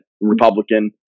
Republican